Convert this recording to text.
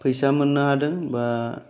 फैसा मोननो हादों बा